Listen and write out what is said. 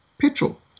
petrol